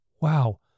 wow